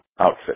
outfit